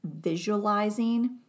visualizing